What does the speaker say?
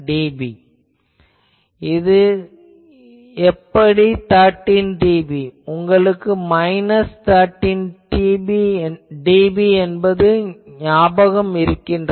இப்போது இது எப்படி 13dB உங்களுக்கு மைனஸ் 13dB என்பது ஞாபகம் இருக்கிறதா